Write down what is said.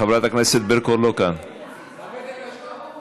חברת הכנסת תמר זנדברג, אפשר לבקש שקט?